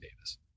Davis